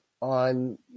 on